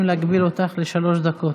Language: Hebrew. רוצים להגביל אותך לשלוש דקות.